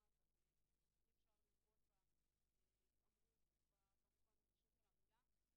אנחנו חושבים שהסעדים שנועדו לתת פיצוי בלי להוכיח שום